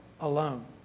alone